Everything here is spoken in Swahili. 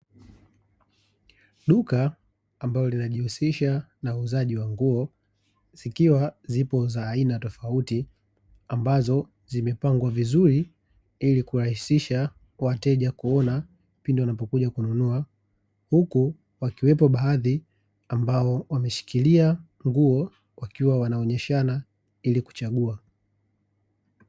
Duka ambalo linajihusisha na uuzaji wa nguo, zikiwa zipo za aina tofauti, ambazo zimepangwa vizuri ili kurahisisha wateja kuona pindi wanapokuja kununua. Huku wakiwepo baadhi, ambao wameshikilia nguo, wakiwa wanaonyeshana ili kuchagua.